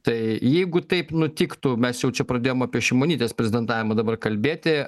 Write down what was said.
tai jeigu taip nutiktų mes jau čia pradėjom apie šimonytės prezidentavimą dabar kalbėti